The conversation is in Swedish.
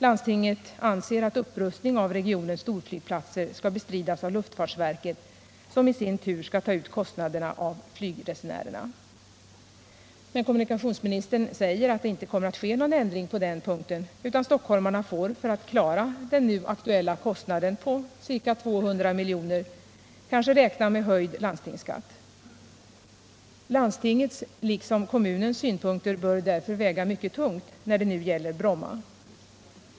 Landstinget anser att upprustning av regionens storflygplatser skall bestridas av luftfartsverket, som i sin tur skall ta ut kostnaderna av flygresenärerna. Men kommunikationsministern säger att det inte kommer att ske någon ändring på den punkten, utan stockholmarna får — för att klara den nu aktuella kostnaden på ca 200 miljoner — kanske räkna med höjd landstingsskatt. Landstingets liksom kommunens synpunkter bör därför väga mycket tungt när det gäller Bromma.